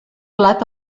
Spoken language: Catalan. plat